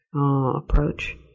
approach